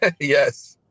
yes